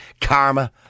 Karma